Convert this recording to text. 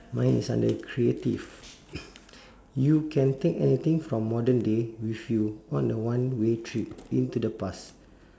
mine is under creative you can take anything from modern day with you on a one way trip into the past